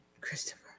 Christopher